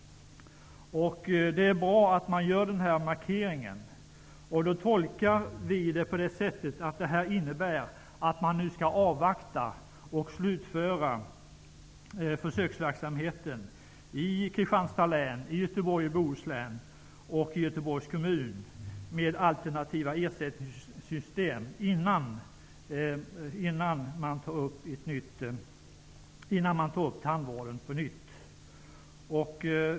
Det är bra med denna markering som vi tolkar att man avvaktar och slutför försöksverksamheten med alternativa ersättningssystem i Kristianstads län, i Göteborg och Bohus län och i Göteborgs kommun, innan frågan om tandvården tas upp på nytt.